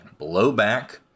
blowback